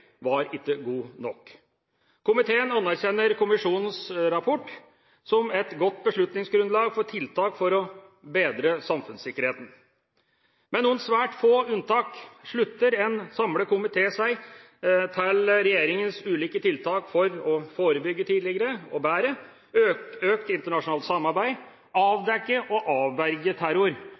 var ikke god nok. Komiteen anerkjenner kommisjonens rapport som et godt beslutningsgrunnlag for tiltak for å bedre samfunnssikkerheten. Med noen svært få unntak slutter en samlet komité seg til regjeringas ulike tiltak for å forebygge tidligere og bedre økt internasjonalt samarbeid å avdekke og avverge terror